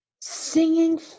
singing